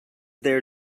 there